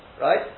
right